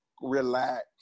relax